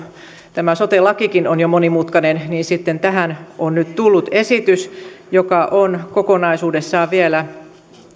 tämä sote lakikin on jo monimutkainen niin sitten tähän on nyt tullut esitys joka on kokonaisuudessaan vielä